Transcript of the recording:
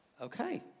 Okay